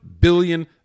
billion